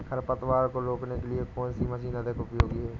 खरपतवार को रोकने के लिए कौन सी मशीन अधिक उपयोगी है?